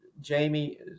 Jamie